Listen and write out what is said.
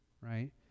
right